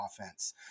offense